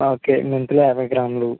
okay మెంతులు యాభై గ్రాములు